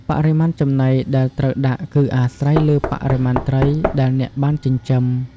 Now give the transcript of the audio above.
បរិមាណចំណីដែលត្រូវដាក់គឺអាស្រ័យលើបរិមាណត្រីដែលអ្នកបានចិញ្ចឹម។